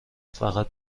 فقط